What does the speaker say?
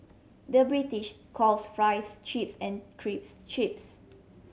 the British calls fries chips and chips